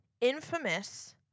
infamous